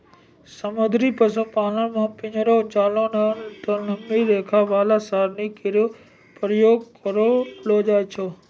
समुद्री पशुपालन म पिंजरो, जालों नै त लंबी रेखा वाला सरणियों केरो प्रयोग करलो जाय छै